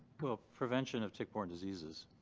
well, prevention of tick-borne diseases.